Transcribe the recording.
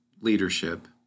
leadership